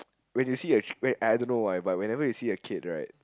when you see a wait I I don't know why but whenever you see a kid right